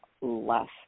less